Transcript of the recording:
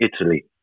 Italy